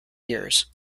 years